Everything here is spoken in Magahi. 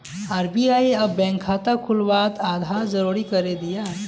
आर.बी.आई अब बैंक खाता खुलवात आधार ज़रूरी करे दियाः